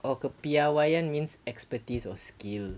orh kepiawaian means expertise or skill